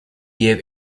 gave